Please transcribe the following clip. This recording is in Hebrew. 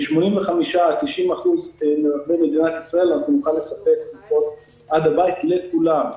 ב-85% 90% מרחבי מדינת ישראל נוכל לספק תרופות עד הבית לכולם.